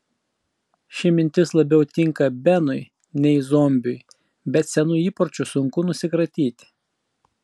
ši mintis labiau tinka benui nei zombiui bet senų įpročių sunku nusikratyti